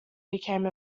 became